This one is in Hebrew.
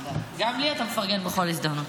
גם לי אתה מפרגן בכל הזדמנות.